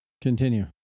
Continue